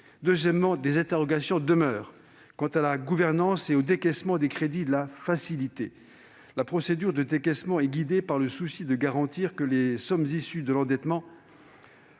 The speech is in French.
deuxième interrogation concerne la gouvernance et le décaissement des crédits de la facilité. La procédure de décaissement est guidée par le souci de garantir que les sommes issues de l'endettement